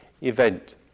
event